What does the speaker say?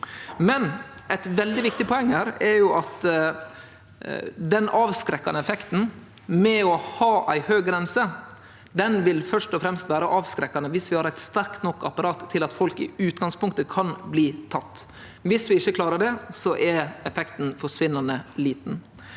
Eit veldig viktig poeng er at den avskrekkande effekten med å ha ei høg grense først og fremst vil vere avskrekkande viss vi har eit sterkt nok apparat til at folk i utgangspunktet kan bli tekne. Viss vi ikkje klarer det, er effekten forsvinnande liten.